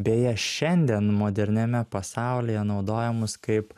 beje šiandien moderniame pasaulyje naudojamus kaip